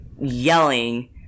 yelling